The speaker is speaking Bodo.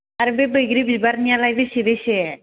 आरो बे बैग्रि बिबारनिआलाय बेसे बेसे